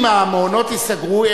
אם המעונות ייסגרו,